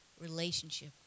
relationship